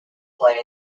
play